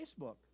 Facebook